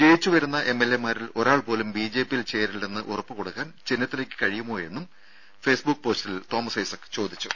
ജയിച്ചു വരുന്ന എംഎൽഎ മാരിൽ ഒരാൾ പോലും ബിജെപിയിൽ ചേരില്ലെന്ന് ഉറപ്പുകൊടുക്കാൻ ചെന്നിത്തലക്ക് കഴിയുമോ എന്നും പോസ്റ്റിൽ തോമസ് ഐസക് ചോദിച്ചു